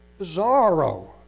bizarro